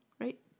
right